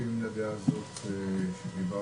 מסכימים לדעה הזאת שהיועץ המשפטי אמר